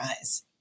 eyes